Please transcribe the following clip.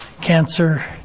cancer